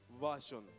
version